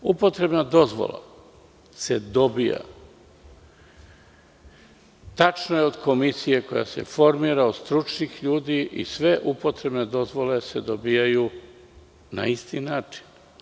Upotrebna dozvola se dobija od komisije koja se formira od stručnih ljudi i sve upotrebne dozvole se dobijaju na isti način.